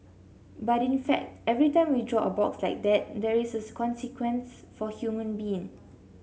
but in fact every time we draw a box like that there is a consequence for human being